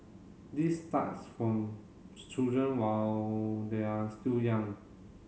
this starts from children while they are still young